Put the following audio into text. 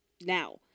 now